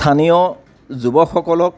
স্থানীয় যুৱকসকলক